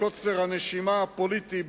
קוצר הנשימה הפוליטי,